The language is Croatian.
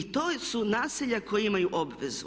I to su naselja koja imaju obvezu.